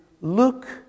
look